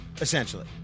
essentially